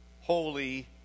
Holy